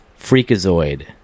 freakazoid